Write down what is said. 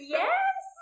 yes